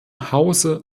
hause